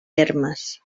hermes